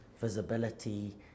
visibility